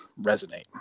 resonate